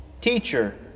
Teacher